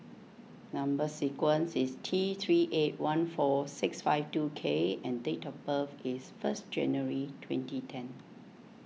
Number Sequence is T three eight one four six five two K and date of birth is first January twenty ten